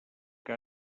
que